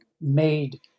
made